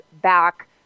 back